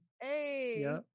hey